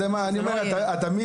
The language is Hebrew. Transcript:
אני אומר, את תמיד